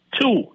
Two